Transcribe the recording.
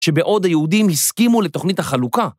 שבעוד היהודים הסכימו לתוכנית החלוקה.